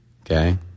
okay